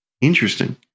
Interesting